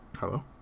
Hello